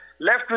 left